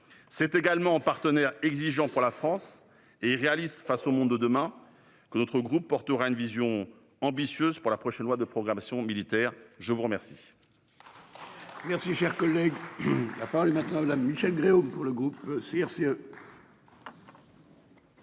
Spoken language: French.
C'est également en partenaire exigeant pour la France, et réaliste face au monde de demain, que notre groupe portera une vision ambitieuse pour la prochaine loi de programmation militaire. La parole